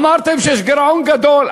אמרתם שיש גירעון גדול,